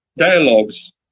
Dialogues